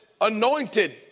anointed